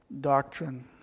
doctrine